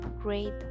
great